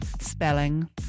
spelling